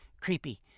creepy